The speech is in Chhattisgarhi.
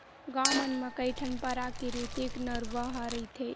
गाँव मन म कइठन पराकिरितिक नरूवा ह रहिथे